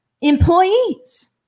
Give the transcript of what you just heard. employees